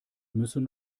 müssen